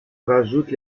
rajoute